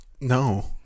No